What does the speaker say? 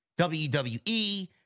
WWE